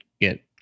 get